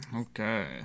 Okay